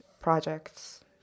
projects